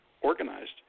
organized